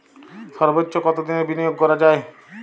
সর্বোচ্চ কতোদিনের বিনিয়োগ করা যায়?